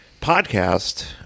podcast